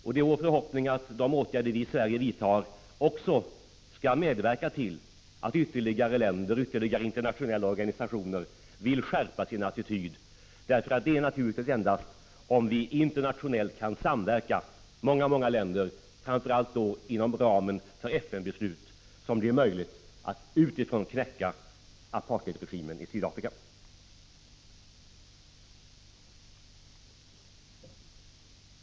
Det är vår förhoppning att de åtgärder vi i Sverige vidtar också kan medverka till att ytterligare länder och internationella organisationer vill skärpa sin attityd. Det är naturligtvis endast om vi internationellt kan samverka — många länder, framför allt inom ramen för FN-beslut — som det blir möjligt att utifrån knäcka apartheidregimen i Sydafrika.